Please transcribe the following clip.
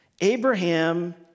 Abraham